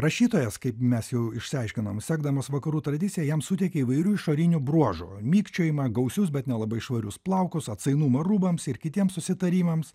rašytojas kaip mes jau išsiaiškinom sekdamas vakarų tradicija jam suteikė įvairių išorinių bruožų mirkčiojimą gausius bet nelabai švarius plaukus atsainumą rūbams ir kitiems susitarimams